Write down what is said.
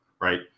right